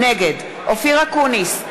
נגד אופיר אקוניס,